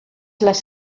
las